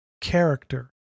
Character